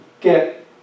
get